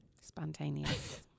Spontaneous